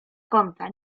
kąta